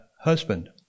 husband